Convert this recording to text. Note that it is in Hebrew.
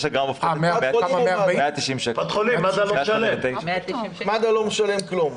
מד"א לא משלם כלום.